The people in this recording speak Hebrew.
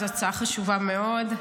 זאת הצעה חשובה מאוד.